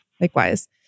Likewise